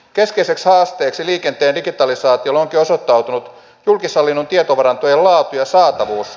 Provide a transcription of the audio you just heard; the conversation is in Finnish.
keskeiseksi haasteeksi liikenteen digitalisaatiolle onkin osoittautunut julkishallinnon tietovarantojen laatu ja saatavuus